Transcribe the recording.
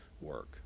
work